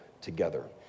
together